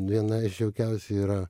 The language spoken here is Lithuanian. viena iš jaukiausių yra